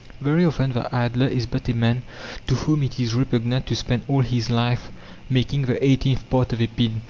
very often the idler is but a man to whom it is repugnant to spend all his life making the eighteenth part of a pin,